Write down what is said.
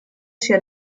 sia